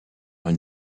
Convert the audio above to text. une